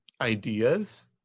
ideas